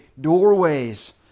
doorways